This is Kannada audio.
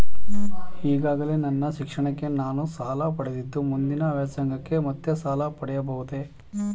ಈಗಾಗಲೇ ನನ್ನ ಶಿಕ್ಷಣಕ್ಕೆ ನಾನು ಸಾಲ ಪಡೆದಿದ್ದು ಮುಂದಿನ ವ್ಯಾಸಂಗಕ್ಕೆ ಮತ್ತೆ ಸಾಲ ಪಡೆಯಬಹುದೇ?